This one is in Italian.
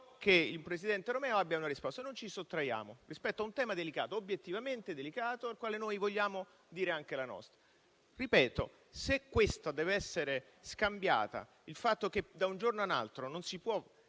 che il presidente Romeo abbia una risposta e non ci sottraiamo rispetto a un tema obiettivamente delicato sul quale vogliamo dire anche la nostra. Se questo - ripeto - deve essere scambiato per il fatto che da un giorno all'altro non si può